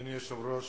אדוני היושב-ראש,